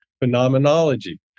phenomenology